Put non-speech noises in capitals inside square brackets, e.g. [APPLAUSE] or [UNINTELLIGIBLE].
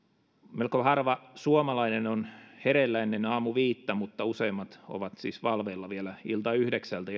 melko harva suomalainen on hereillä ennen aamuviittä mutta useimmat ovat siis valveilla vielä iltayhdeksältä [UNINTELLIGIBLE]